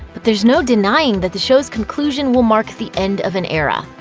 but there's no denying that the show's conclusion will mark the end of an era.